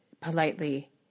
politely